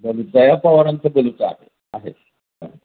बलु दया पवारांचं बलुतं आहे आहे